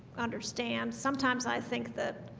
understand sometimes i think that